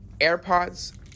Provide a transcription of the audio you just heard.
AirPods